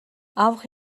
авах